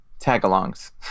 Tagalongs